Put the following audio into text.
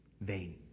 Vain